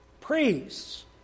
priests